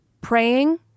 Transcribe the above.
praying